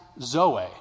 zoe